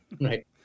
Right